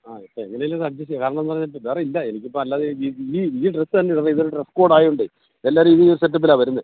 ആ ഇപ്പം എങ്ങനെയെങ്കിലും ഒന്ന് അഡ്ജസ്റ്റ് ചെയ്യ് കാരണം എന്ന് പറഞ്ഞാൽ ഇപ്പോൾ വേറെ ഇല്ല എനിക്ക് ഇപ്പം അല്ലാതെ ഈ ഈ ഡ്രസ്സ് തന്നെ ഇടണം ഇതൊരു ഡ്രസ്സ് കോഡ് ആയതുകൊണ്ടേ എല്ലാവരും ഇത് ഈ സെറ്റപ്പിലാ വരുന്നത്